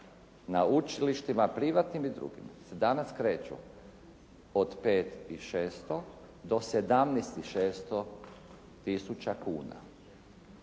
na učilištima privatnim i drugim se danas kreću od pet i 600 do sedamnaest i 600 tisuća kuna.